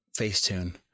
Facetune